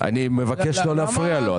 אני מבקש לא להפריע לו.